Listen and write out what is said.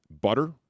butter